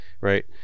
right